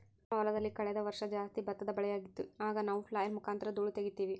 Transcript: ನಮ್ಮ ಹೊಲದಲ್ಲಿ ಕಳೆದ ವರ್ಷ ಜಾಸ್ತಿ ಭತ್ತದ ಬೆಳೆಯಾಗಿತ್ತು, ಆಗ ನಾವು ಫ್ಲ್ಯಾಯ್ಲ್ ಮುಖಾಂತರ ಧೂಳು ತಗೀತಿವಿ